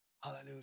Hallelujah